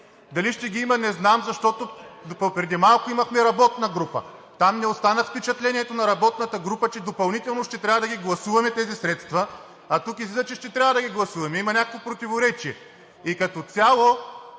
Дали ще ги има, не знам, защото преди малко имахме работна група. Там не останах с впечатлението, че допълнително ще трябва да гласуваме тези средства, а тук излиза, че ще трябва да ги гласуваме. Има някакво противоречие. И като цяло,